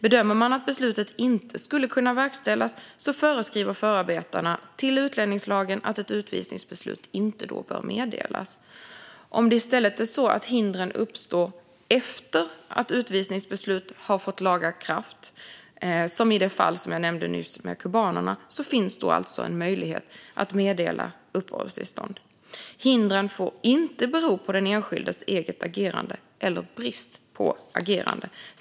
Bedömer man att beslutet inte kan verkställas föreskriver förarbetena till utlänningslagen att ett utvisningsbeslut inte bör meddelas. Om det i stället är så att hindren uppstår efter det att utvisningsbeslutet har vunnit laga kraft, som i det fall med kubanerna som jag nämnde nyss, finns alltså en möjlighet att meddela uppehållstillstånd. Hindren får inte bero på den enskildes eget agerande eller brist på agerande.